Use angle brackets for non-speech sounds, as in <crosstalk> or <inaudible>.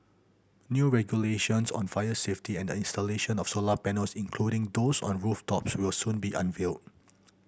new regulations on fire safety and the installation of solar panels including those on rooftops will soon be unveiled <noise>